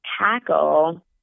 tackle